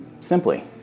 Simply